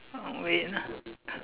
wait ah